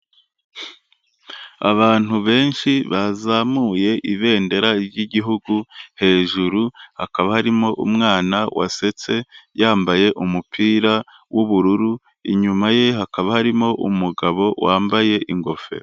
Abantu benshi bazamuye ibendera ry'igihugu hejuru, hakaba harimo umwana wasetse, yambaye umupira w'ubururu, inyuma ye hakaba harimo umugabo wambaye ingofero.